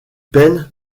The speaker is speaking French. peine